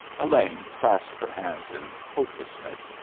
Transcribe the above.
elaine clasped her hands in hopelessness,